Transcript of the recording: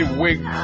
wig